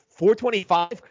425